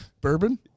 bourbon